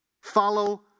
follow